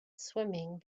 swimming